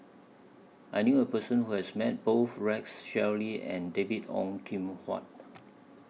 I knew A Person Who has Met Both Rex Shelley and David Ong Kim Huat